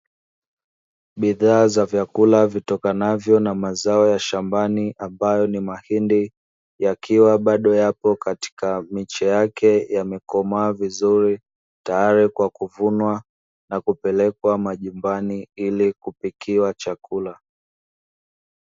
Bidhaa za vyakula vitokanavyo na mazao ya shambani ambayo ni mahindi, yakiwa bado yapo katika miche yake, yamekomaa vizuri tayari kwa kuvunwa na kupelekwa majumbani ili kupikiwa chakula.